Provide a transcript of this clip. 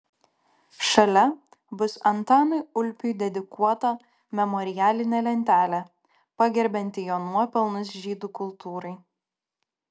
šalia bus antanui ulpiui dedikuota memorialinė lentelė pagerbianti jo nuopelnus žydų kultūrai